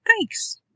thanks